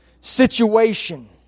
situation